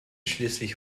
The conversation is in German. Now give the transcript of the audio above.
schleswig